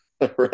Right